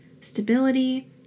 stability